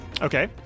Okay